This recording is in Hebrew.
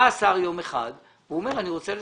בא יום אחד השר ואומר שהוא רוצה לשנות,